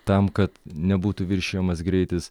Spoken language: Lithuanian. tam kad nebūtų viršijamas greitis